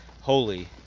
holy